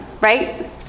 right